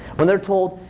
when they're told,